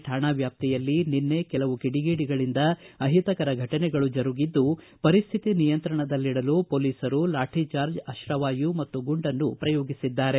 G Halli ಶಾಣಾ ವ್ಯಾಪ್ತಿಯಲ್ಲಿ ನಿನ್ನೆ ಕೆಲವು ಕಿಡಿಗೇಡಿಗಳಿಂದ ಅಹಿತಕರ ಘಟನೆಗಳು ಜರುಗಿದ್ದು ಪರಿಸ್ಹಿತಿ ನಿಯಂತ್ರಣದಲ್ಲಿಡಲು ಪೊಲೀಸರು ಲಾತಿ ಚಾರ್ಜ್ ಅಶುವಾಯು ಮತ್ತು ಗುಂಡನ್ನು ಪ್ರಯೋಗಿಸಿದ್ದಾರೆ